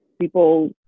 people